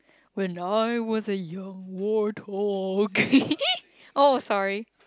when I was young warthog oh sorry